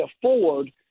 afford